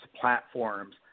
platforms